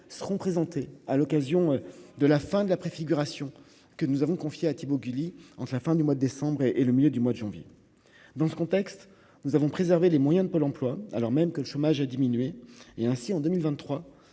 seront présentées à l'occasion de la fin de la préfiguration que nous avons confié à Thibault guili en la fin du mois de décembre et et le milieu du mois de janvier, dans ce contexte nous avons préservé les moyens de Pôle emploi alors même que le chômage a diminué et, ainsi, en 2023